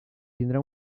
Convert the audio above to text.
tindrà